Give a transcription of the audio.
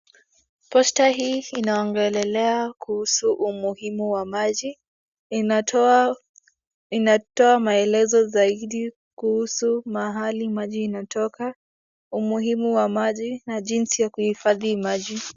Posta hii inaongelelea kuhusu umuhimu wa maji, inatoa maelezo zaidi kuhusu mahali maji inatoka, umuhimu wa maji na jinsi ya kuhifadhi maji.